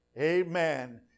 Amen